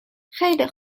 خیلی